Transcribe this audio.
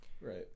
Right